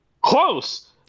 close